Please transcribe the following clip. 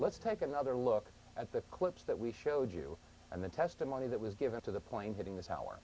let's take another look at the clips that we showed you and the testimony that was given to the plane hitting the tower